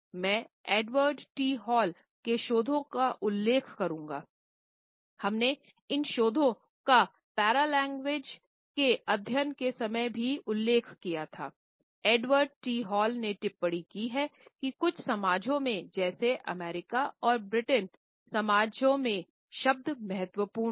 मैं Edward T Hall ने टिप्पणी की है कि कुछ समाजों में जैसे अमेरिकी और ब्रिटिश समाजों शब्द महत्वपूर्ण हैं